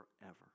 forever